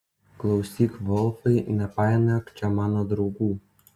klausyk volfai nepainiok čia mano draugų